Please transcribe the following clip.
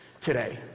today